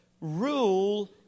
rule